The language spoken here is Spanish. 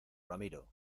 ramiro